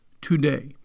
today